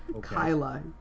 Kyla